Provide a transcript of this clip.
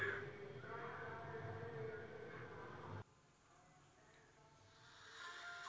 बंगालो के चना दाल मुख्य रूपो से बिहार, बंगाल, उड़ीसा इ सभ राज्यो मे उपयोग मे लानलो जाय छै